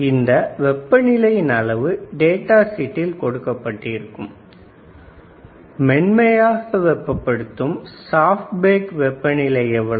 இந்த வெப்பநிலையின் அளவு டேட்டா சீட்டில் கொடுக்கப்பட்டிருக்கும் மென்மையாக வெப்பப்படுத்தும்வெப்பநிலை எவ்வளவு